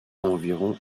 environ